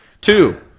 Two